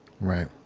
Right